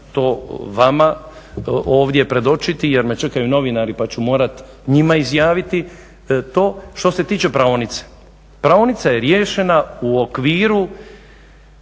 to vama ovdje predočiti jer me čekaju novinari pa ću morat njima izjaviti to. Što se tiče praonice, praonica je riješena u okviru